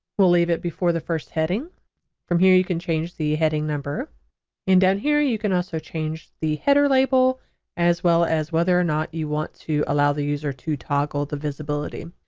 we'll leave it before the first heading from here you can change the heading number and down here you can also change the header label as well as whether or not you want to allow the user to toggle the visibility.